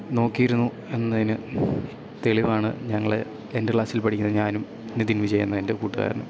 നോക്കിയിരുന്നു എന്നതിനു തെളിവാണ് ഞങ്ങൾ എൻ്റെ ക്ലാസ്സിൽ പഠിക്കുന്ന ഞാനും നിതിൻ വിജയ് എന്ന എൻ്റെ കൂട്ടുകാരനും